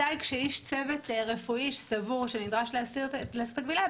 מתי כשאיש צוות רפואי סבור שנדרש להסיר את הכבילה,